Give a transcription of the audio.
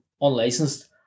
unlicensed